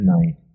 tonight